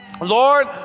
Lord